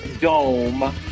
dome